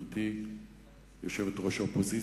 גברתי יושבת-ראש האופוזיציה,